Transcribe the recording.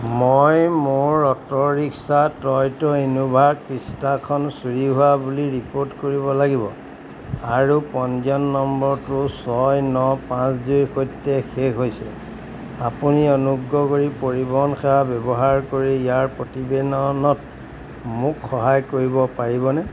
মই মোৰ auto rickshaw Toyota Innova ক্ৰিষ্টাখন চুৰি হোৱা বুলি ৰিপ'ৰ্ট কৰিব লাগিব আৰু পঞ্জীয়ন নম্বৰটো ছয় ন পাঁচ দুইৰ সৈতে শেষ হৈছে আপুনি অনুগ্ৰহ কৰি পৰিবহণ সেৱা ব্যৱহাৰ কৰি ইয়াৰ প্ৰতিবেদনত মোক সহায় কৰিব পাৰিবনে